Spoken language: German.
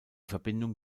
verbindung